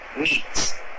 meats